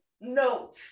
note